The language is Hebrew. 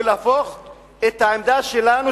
ולהפוך את העמדה שלנו,